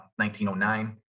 1909